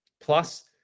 plus